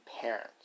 parents